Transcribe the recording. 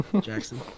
Jackson